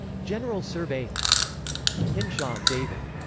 general survey hinshaw, david.